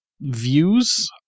views